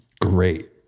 Great